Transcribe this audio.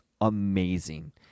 amazing